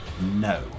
No